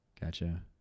Gotcha